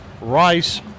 rice